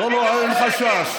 תן להם קצת.